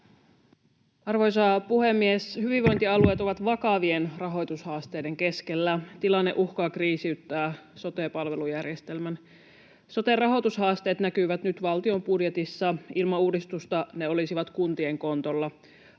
Arvoisa puhemies! Hyvinvointialueet ovat vakavien rahoitushaasteiden keskellä. Tilanne uhkaa kriisiyttää sote-palvelujärjestelmän. Soten rahoitushaasteet näkyvät nyt valtion budjetissa. Ilman uudistusta ne olisivat kuntien kontolla.